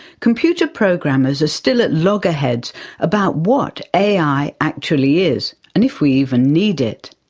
computer programmers are still at loggerheads about what ai actually is and if we even need it.